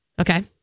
Okay